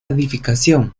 edificación